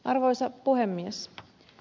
arvoisa puhemies